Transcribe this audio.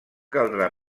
caldrà